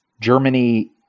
Germany